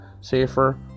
safer